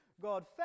god